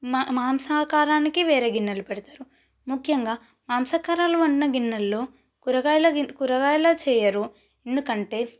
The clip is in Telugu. మా మాంసాహారానికి వేరే గిన్నెలు పెడతారు ముఖ్యంగా మాంసహారాలు వండిన గిన్నెలలోకూరగాయలు కూరగాయలు చేయరు ఎందుకంటే